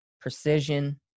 precision